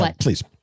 please